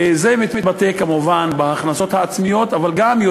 וזה מתבטא כמובן בהכנסות העצמיות אבל יותר